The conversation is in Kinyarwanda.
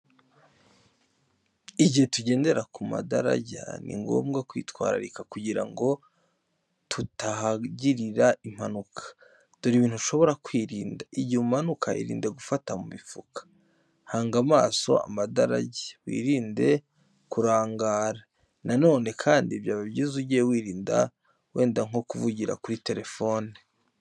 Igihe tugenda ku madarajya, ni ngombwa kwitwararika kugira ngo tutahagirira impanuka. Dore ibintu ushobora kwirinda: igihe umanuka, irinde gufata mu mifuka. Hanga amaso amadarajya, wirinde kurangara. Na none kandi byaba byiza ugiye wirinda wenda nko kuvugira kuri telefoni.